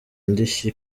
indishyi